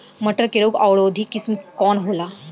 मटर के रोग अवरोधी किस्म कौन होला?